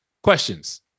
Questions